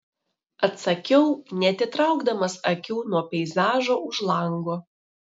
atsakiau neatitraukdamas akių nuo peizažo už lango